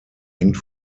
hängt